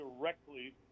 directly